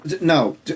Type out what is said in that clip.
no